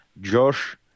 Josh